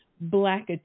Black